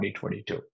2022